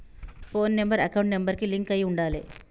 పోను number account number కి link అయ్యి ఉండాలే